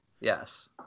Yes